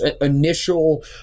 initial